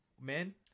Men